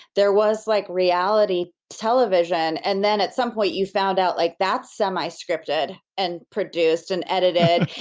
there was like reality television, and then at some point, you found out like that's semi-scripted and produced and edited,